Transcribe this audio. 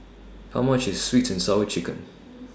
How much IS Sweet and Sour Chicken